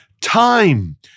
time